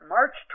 March